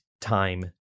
time